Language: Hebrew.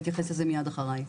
יתייחס לזה מייד אחריי.